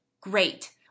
Great